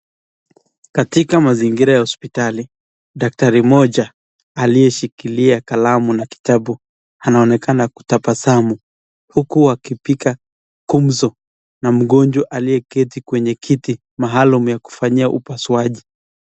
Katika mazingira ya hospitali, daktari mmoja aliyeshikilia kalamu na kitabu anaonekana kutabasamu huku wakipiga gumzo na mgonjwa aliyeketi kwenye kiti maalum cha kufanyia upasuaji.